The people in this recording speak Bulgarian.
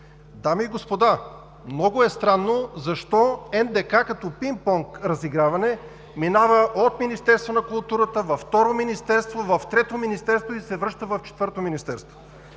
Дами и господа, много е странно защо НДК като пинг-понг разиграване минава от Министерство на културата във второ министерство, в трето министерство и се връща в четвърто министерство.